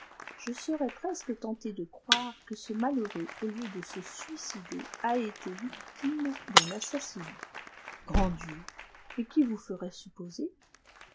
je serais presque tenté de croire que ce malheureux au lieu de se suicider a été victime d'un assassinat grand dieu et qui vous ferait supposer